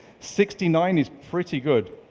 sixty nine is pretty good.